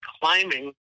climbing